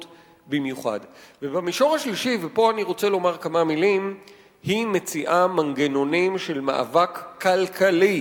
במישור השלישי אנחנו מציעים מנגנונים של מאבק כלכלי